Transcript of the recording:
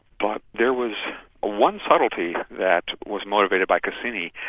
but there was one subtlety that was motivated by cassini,